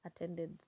attended